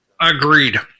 Agreed